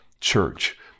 church